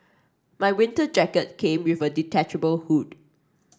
my winter jacket came with a detachable hood